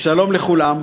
שלום לכולם.